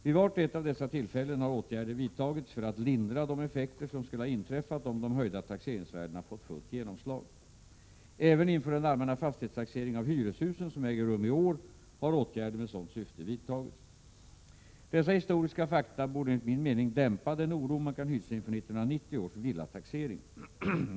Vid vart och ett av dessa tillfällen har åtgärder vidtagits för att lindra de effekter som skulle ha uppkommit om de höjda taxeringsvärdena Prot. 1987/88:125 fått fullt genomslag. Även inför den allmänna fastighetstaxering av hyreshu 24 maj 1988 sen, som äger rum i år, har åtgärder med sådant syfte vidtagits. Dessa historiska fakta borde enligt min mening dämpa den oro man kan hysa inför 1990 års villataxering.